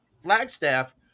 Flagstaff